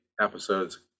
episodes